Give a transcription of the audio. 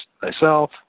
thyself